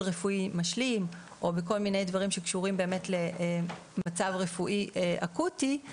רפואי משלים או כל מיני דברים שקשורים במצב רפואי אקוטי.